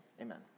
amen